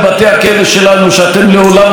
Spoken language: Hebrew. שאתם תומכים בהם ובמשפחותיהם,